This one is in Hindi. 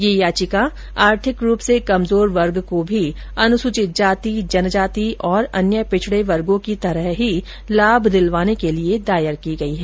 यह याचिका आर्थिक रूप से कमजोर वर्ग को भी अनुसूचित जाति जनजाति और अन्य पिछड़े वर्गों की तरह ही लाभ दिलवाने के लिये दायर की गई है